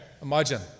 imagine